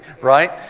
Right